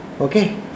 Okay